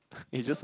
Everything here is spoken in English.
it's just